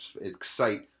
excite